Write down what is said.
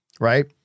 right